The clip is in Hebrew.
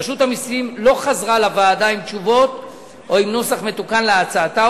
רשות המסים לא חזרה לוועדה עם תשובות או עם נוסח מתוקן להצעתה,